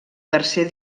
tercer